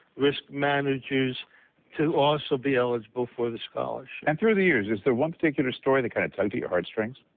risk managers to also be eligible for the scholarship. and through the years is there one particular story that kind of tugged at your heartstring?